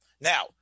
Now